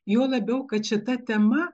juo labiau kad šita tema